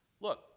look